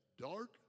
dark